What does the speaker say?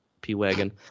P-Wagon